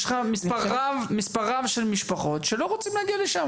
יש לך מספר רב של משפחות שלא רוצים להגיע לשם.